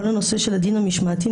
כל הנושא של הדין המשמעתי,